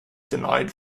denied